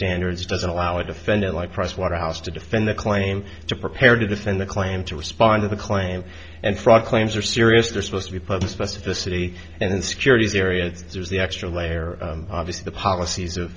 standards doesn't allow a defendant like pricewaterhouse to defend the claim to prepare to defend the claim to respond to the claim and fraud claims are serious they're supposed to be put in the specificity and securities area there's the extra layer obviously the policies of